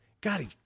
God